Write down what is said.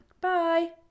Bye